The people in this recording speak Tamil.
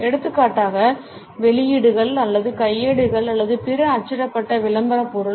எடுத்துக்காட்டாக வெளியீடுகள் அல்லது கையேடுகள் அல்லது பிற அச்சிடப்பட்ட விளம்பரப் பொருள்